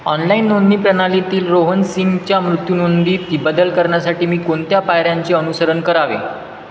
online नोंदणी प्रणालीतील रोहन सिंगच्या मृत्यूनोंदीत बदल करण्यासाठी मी कोणत्या पायऱ्यांचे अनुसरन करावे